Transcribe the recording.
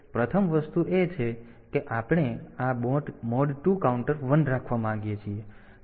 તેથી પ્રથમ વસ્તુ એ છે કે આપણે આ મોડ 2 કાઉન્ટર 1 રાખવા માંગીએ છીએ